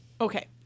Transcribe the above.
Okay